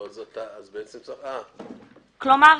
כלומר,